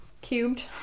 cubed